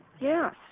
Yes